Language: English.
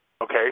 Okay